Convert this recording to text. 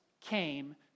came